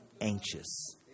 anxious